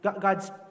God's